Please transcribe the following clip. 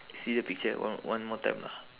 see the picture one one more time lah